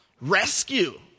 Rescue